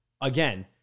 again